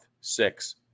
six